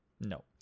no